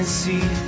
see